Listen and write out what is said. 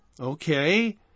Okay